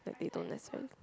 like they don't necessarily